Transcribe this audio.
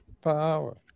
power